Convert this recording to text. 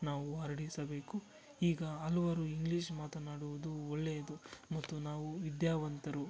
ನಾವು ಹರಡಿಸಬೇಕು ಈಗ ಹಲವರು ಇಂಗ್ಲೀಷ್ ಮಾತನಾಡುವುದು ಒಳ್ಳೆಯದು ಮತ್ತು ನಾವು ವಿದ್ಯಾವಂತರು